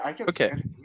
Okay